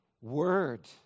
word